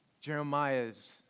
Jeremiah's